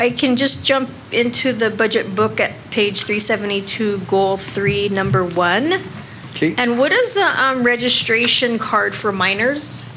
i can just jump into the budget book at page three seventy two call three number one and what is a registration card for minors